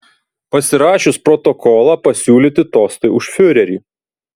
pasirašius protokolą pasiūlyti tostai už fiurerį